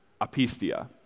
apistia